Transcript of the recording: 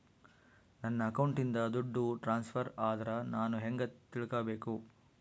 ನನ್ನ ಅಕೌಂಟಿಂದ ದುಡ್ಡು ಟ್ರಾನ್ಸ್ಫರ್ ಆದ್ರ ನಾನು ಹೆಂಗ ತಿಳಕಬೇಕು?